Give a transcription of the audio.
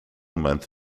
month